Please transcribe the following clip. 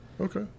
Okay